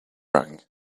rang